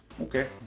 okay